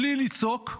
בלי לצעוק,